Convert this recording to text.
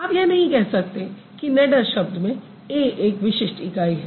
आप यह नहीं कह सकते कि नैडर शब्द में a एक विशिष्ट इकाई है